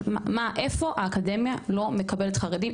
איפה האקדמיה לא מקבלת חרדים?